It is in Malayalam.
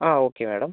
ആ ഓക്കെ മാഡം